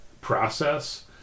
process